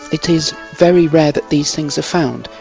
it is very rare that these things are found.